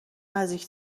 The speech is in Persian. نزدیک